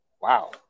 Wow